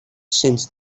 since